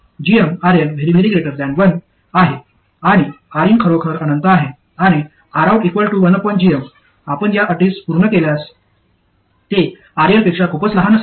आणि Rin खरोखर अनंत आहे आणि Rout 1gm आपण या अटीस पूर्ण केल्यास ते RL पेक्षा खूपच लहान असेल